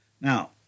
Now